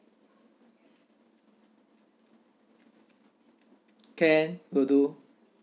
can will do